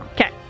okay